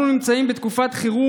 אנחנו נמצאים בתקופת חירום,